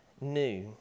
new